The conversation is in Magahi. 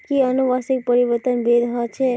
कि अनुवंशिक परिवर्तन वैध ह छेक